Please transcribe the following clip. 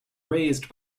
raised